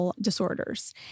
disorders